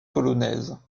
polonaise